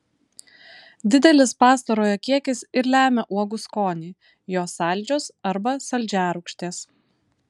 didelis pastarojo kiekis ir lemia uogų skonį jos saldžios arba saldžiarūgštės